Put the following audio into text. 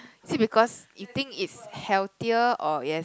is it because it thinks it's healthier or yes